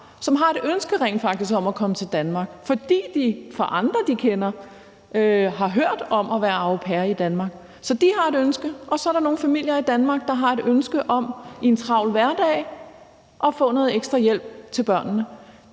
har et ønske om at komme til Danmark, fordi de fra andre, de kender, har hørt om at være au pair her i Danmark. Så de har et ønske, og så er der nogle familier i Danmark, der har et ønske om i en travl hverdag at få noget ekstra hjælp til børnene.